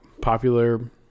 popular